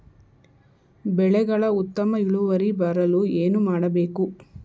ಬೆಳೆಗಳ ಉತ್ತಮ ಇಳುವರಿ ಬರಲು ಏನು ಮಾಡಬೇಕು?